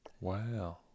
wow